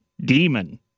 demon